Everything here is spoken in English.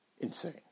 insane